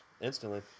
Instantly